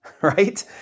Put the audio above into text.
right